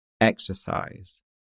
exercise